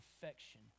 perfection